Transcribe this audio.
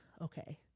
okay